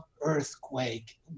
earthquake